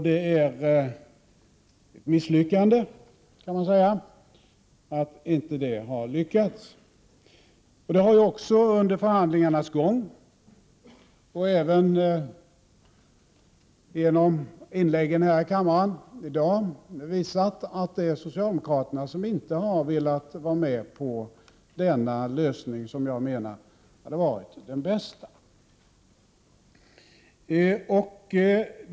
Det är ett misslyckande att det inte har varit möjligt. Under förhandlingarnas gång, och även genom inläggen i kammaren i dag, har det visat sig att det är socialdemokraterna som inte har velat acceptera den lösning jag menar hade varit den bästa.